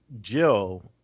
Jill